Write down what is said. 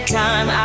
time